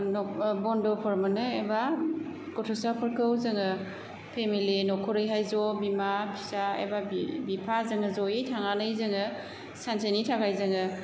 बन्दफोर मोनो एबा गथ'साफोरखौ जोङो पेमेलि नखरैहाय ज' बिमा फिसा एबा बिफा जोङो जयै थांनानै जोङो सानसेनि थाखाय जोङो